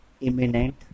Imminent